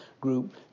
group